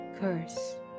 curse